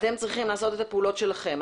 אתם צריכים לעשות את הפעולות שלכם.